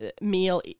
meal